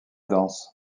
danse